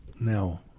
now